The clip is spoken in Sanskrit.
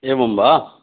एवं वा